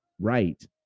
right